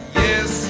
yes